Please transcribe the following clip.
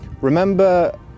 Remember